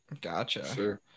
gotcha